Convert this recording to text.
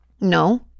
No